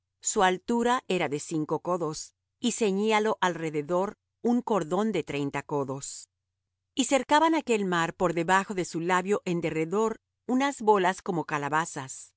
su altura era de cinco codos y ceñíalo alrededor un cordón de treinta codos y cercaban aquel mar por debajo de su labio en derredor unas bolas como calabazas